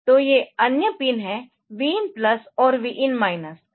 तो ये अन्य पिन Vin प्लस और Vin माइनस है